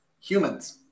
Humans